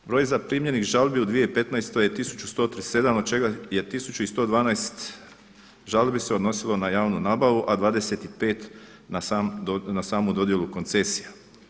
Broj zaprimljenih žalbi u 2015. je 1137 od čega je 112 žalbi se odnosilo na javnu nabavu a 25 na samu dodjelu koncesija.